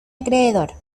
acreedor